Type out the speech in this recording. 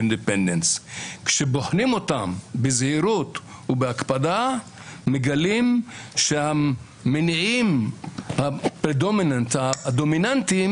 וכשבוחנים אותן בזהירות ובהקפדה מגלים שהמניעים הדומיננטיים,